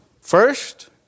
First